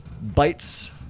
Bites